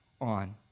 on